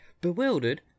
Bewildered